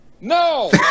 No